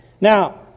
Now